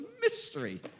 mystery